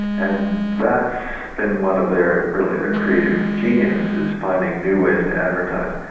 and that's been one of their, really, their creative genius is finding new ways to advertise.